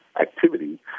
Activity